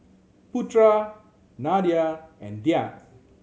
Putera Nadia and Dian